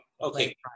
okay